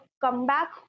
comeback